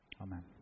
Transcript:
Amen